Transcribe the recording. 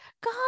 God